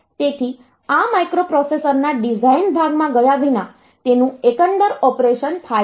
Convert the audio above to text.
તેથી આ માઇક્રોપ્રોસેસરના ડિઝાઇન ભાગમાં ગયા વિના તેનું એકંદર ઓપરેશન થાય છે